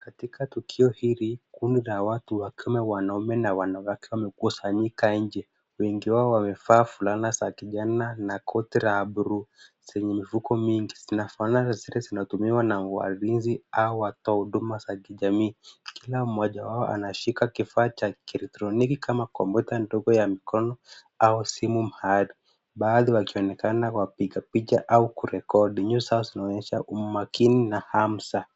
Katika tukio hili, kundi la watu, wakiwemo wanaume na wanawake wamekusanyika nje. Wengi wao wamevaa fulana za kijani, na koti la blue , zenye mifuko mingi, zinafanana na zile zinatumiwa na walinzi au watu wa huduma za kijamii. Kila mmoja wao anashika kifaa cha kielektroniki, kama kompyuta ndogo ya mikono au simu maalumu. Baadhi wakionekana wapiga picha au kurekodi. Nyuso zao zinaonyesha umakini na hamsa .